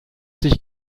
sich